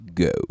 go